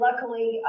luckily